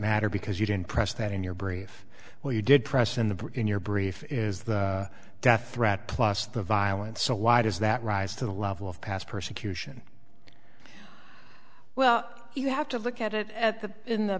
matter because you didn't press that in your brief well you did press in the break in your brief is the death threat plus the violence so why does that rise to the level of past persecution well you have to look at it at the in the